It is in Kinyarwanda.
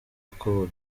uko